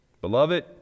Beloved